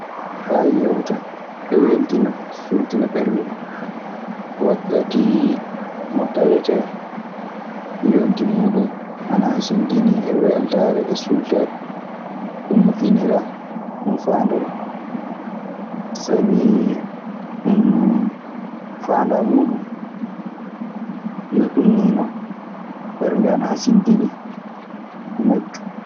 Faa yewta, e weltina, sultina ɓernde muuɗum. Wakkati mo tawetee yoki muuɗun ana hasindinii e weltaare e suultere. Ɗun moƴƴiniraa. Ɗun faandoraa. Sabi faandaa muuɗun yo ɗun nii non. Ɓernde ana hasindinii majju.